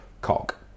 Cock